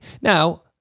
Now